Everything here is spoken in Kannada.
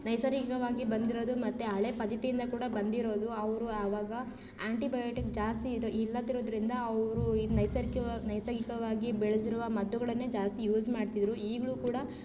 ನೈಸರ್ಗಿಕವಾಗಿ ಬಂದಿರೋದು ಮತ್ತು ಹಳೆಯ ಪದ್ಧತಿಯಿಂದ ಕೂಡ ಬಂದಿರೋದು ಅವರು ಅವಾಗ ಆಂಟಿಬಯೋಟಿಕ್ ಜಾಸ್ತಿ ಇರ ಇಲ್ಲದಿರೋದ್ರಿಂದ ಅವರು ನೈಸರ್ಗಿಕವ ನೈಸರ್ಗಿಕವಾಗಿ ಬೆಳೆದಿರುವ ಮದ್ದುಗಳನ್ನೇ ಜಾಸ್ತಿ ಯೂಸ್ ಮಾಡ್ತಿದ್ದರು ಈಗಲೂ ಕೂಡ